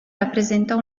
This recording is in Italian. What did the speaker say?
rappresentò